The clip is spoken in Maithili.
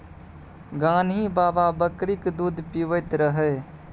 गान्ही बाबा बकरीक दूध पीबैत रहय